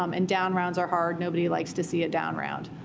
um and down rounds are hard. nobody likes to see a down round.